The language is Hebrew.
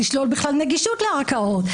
לשלול בכלל נגישות לערכאות,